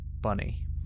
Bunny